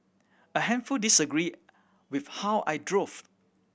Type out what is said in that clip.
a handful disagreed with how I drove